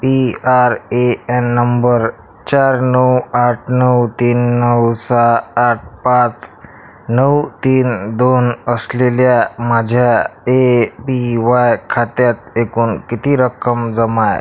P R A N नंबर चार नऊ आठ नऊ तीन नऊ सहा आठ पाच नऊ तीन दोन असलेल्या माझ्या ए बी वाय खात्यात एकूण किती रक्कम जमा आहे